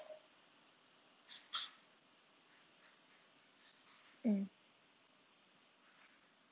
mm